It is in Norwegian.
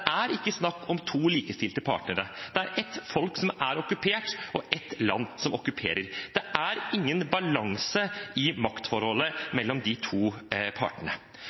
er ikke snakk om to likestilte parter. Det er ett folk som er okkupert, og ett land som okkuperer. Det er ingen balanse i maktforholdet mellom de to partene.